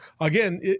again